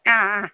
ആ ആ